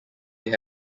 they